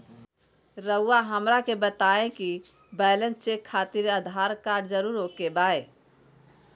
रउआ हमरा के बताए कि बैलेंस चेक खातिर आधार कार्ड जरूर ओके बाय?